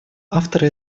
авторы